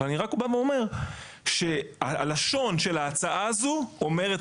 אבל אני רק בא ואומר שהלשון של ההצעה הזאת אומרת